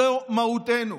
זו מהותנו.